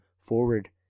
forward